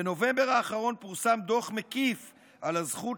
בנובמבר האחרון פורסם דוח מקיף על הזכות